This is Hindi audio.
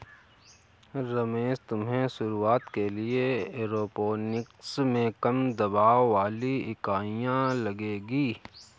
रमेश तुम्हें शुरुआत के लिए एरोपोनिक्स में कम दबाव वाली इकाइयां लगेगी